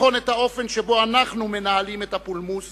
לבחון את האופן שבו אנחנו מנהלים את הפולמוס